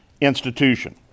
institution